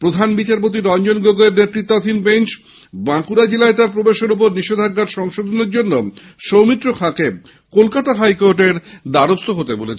প্রধান বিচারপতি রঞ্জন গগৈর বেঞ্চ বাঁকুড়া জেলায় তার প্রবেশের ওপর নিষেধাজ্ঞার সংশোধনের জন্য সৌমিত্র খাঁকে কলকাতা হাইকোর্টের দারস্থ হতে বলেছে